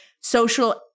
social